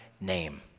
name